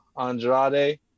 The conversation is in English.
Andrade